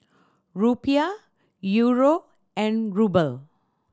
Rupiah Euro and Ruble